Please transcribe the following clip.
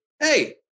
Hey